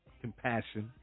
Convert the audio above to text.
compassion